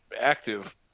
active